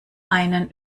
einen